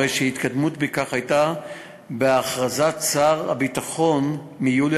התקדמות בכך הייתה בהכרזת שר הביטחון מיולי